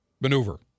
maneuver